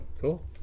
Cool